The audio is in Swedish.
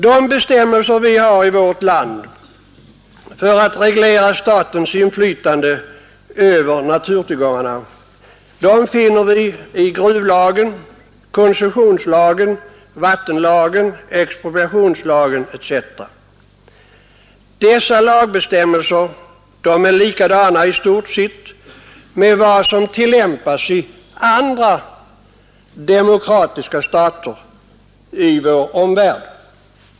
De bestämmelser vi har i vårt land för att reglera statens inflytande över naturtillgångarna finner vi i gruvlagen, koncessionslagen, vattenlagen, expropriationslagen etc. Dessa lagbestämmelser liknar i stort sett vad som tillämpas i andra demokratiska stater i vår omvärld.